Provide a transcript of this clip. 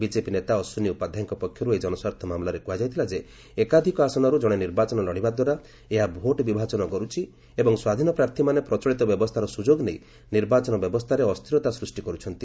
BJP ନେତା ଅଶ୍ୱିନୀ ଉପାଧ୍ୟାୟଙ୍କ ପକ୍ଷରୁ ଏହି ଜନସ୍ୱାର୍ଥ ମାମଲାରେ କୁହାଯାଇଥିଲା ଯେ ଏକାଧିକ ଆସନରୁ ଜଣେ ନିର୍ବାଚନ ଲଢ଼ିବା ଦ୍ୱାରା ଏହା ଭୋଟ୍ ବିଭାଜନ କରୁଛି ଏବଂ ସ୍ୱାଧୀନ ପ୍ରାର୍ଥୀମାନେ ପ୍ରଚଳିତ ବ୍ୟବସ୍ଥାର ସୁଯୋଗ ନେଇ ନିର୍ବାଚନ ବ୍ୟବସ୍ଥାରେ ଅସ୍ଥିରତା ସୃଷ୍ଟି କରୁଛନ୍ତି